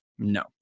No